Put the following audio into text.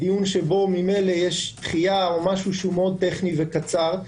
דיון שבו ממילא יש דחייה או משהו שהוא מאוד טכני וקצר,